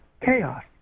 chaos